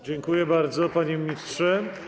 Dziękuję bardzo, panie ministrze.